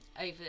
over